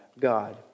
God